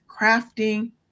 crafting